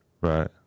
Right